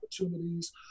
opportunities